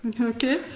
okay